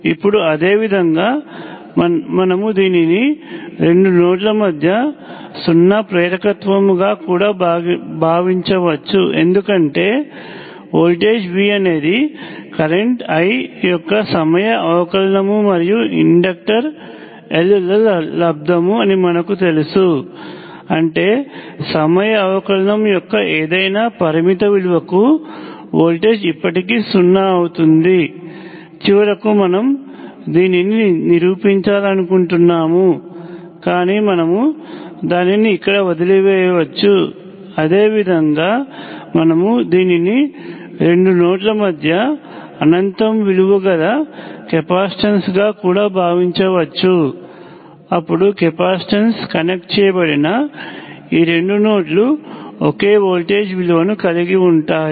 ఇప్పుడు అదేవిధంగా మనము దీనిని రెండు నోడ్ల మధ్య సున్నా ప్రేరకత్వముగా కూడా భావించవచ్చు ఎందుకంటే వోల్టేజ్ V అనేది కరెంట్ I యొక్క సమయ అవకలనము మరియుఇండక్టర్ L ల లబ్దము అని మనకు తెలుసు అంటే సమయ అవకలనము యొక్క ఏదైనా పరిమిత విలువకు వోల్టేజ్ ఇప్పటికీ సున్నా అవుతుంది చివరకు మనము దీనిని నిరూపించాలనుకుంటున్నాము కానీ మనము దానిని ఇక్కడ వదిలివేయవచ్చు అదేవిధంగా మనము దీనిని రెండు నోడ్ల మధ్య అనంతము విలువ కల కెపాసిటెన్స్ గా కూడా భావించవచ్చు అప్పుడు కెపాసిటెన్స్ కనెక్ట్ చేయబడిన ఈ రెండు నోడ్లు ఒకే వోల్టేజ్ విలువను కలిగి ఉంటాయి